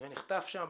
ונחטף שם,